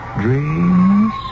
dreams